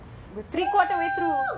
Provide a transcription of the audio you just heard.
if they will lah